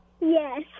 Yes